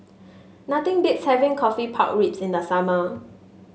nothing beats having coffee Pork Ribs in the summer